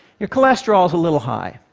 your cholesterol's a little high.